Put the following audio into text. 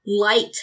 light